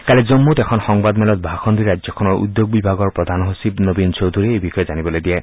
কালি জন্মুত এখন সংবাদমেলত ভাষণ দি ৰাজ্যখনৰ উদ্যোগ বিভাগৰ প্ৰধান সচিব নবীন চৌধুৰীয়ে এই বিষয়ে জানিবলৈ দিয়ে